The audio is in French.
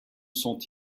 sont